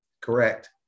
Correct